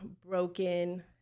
broken